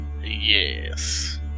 Yes